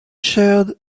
shared